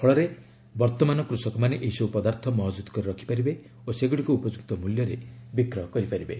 ଫଳରେ ବର୍ତ୍ତମାନ କୃଷକମାନେ ଏହିସବୁ ପଦାର୍ଥ ମହଜୁଦ କରି ରଖିପାରିବେସେଗୁଡ଼ିକୁ ଉପଯୁକ୍ତ ମୂଲ୍ୟରେ ବିକ୍ୟ କରିପାରିବେ